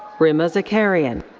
rimma zakharyan.